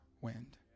wind